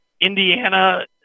Indiana